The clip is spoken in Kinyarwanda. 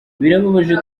birababaje